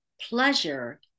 pleasure